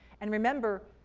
and remember,